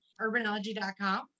urbanology.com